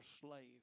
slave